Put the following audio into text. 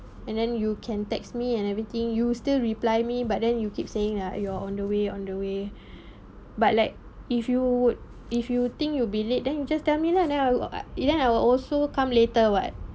and then you can text me and everything you still reply me but then you keep saying ah you're on the way on the way but like if you would if you think you will be late then you just tell me lah then I will ah then I will also come later [what]